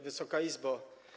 Wysoka Izbo!